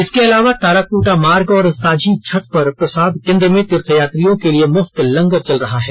इसके अलावा ताराकोटा मार्ग और साझी छत पर प्रसाद केन्द्र में तीर्थयात्रियों के लिए मुफ्त लंगर चल रहा है